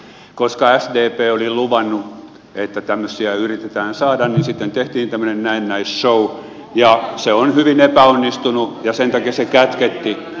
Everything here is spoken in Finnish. koska sdp oli luvannut että tämmöisiä yritetään saada niin sitten tehtiin tämmöinen näennäisshow ja se on hyvin epäonnistunut ja sen takia se kätkettiin